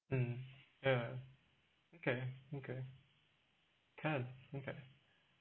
um uh okay okay can okay